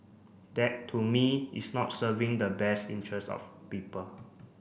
that to me is not serving the best interests of people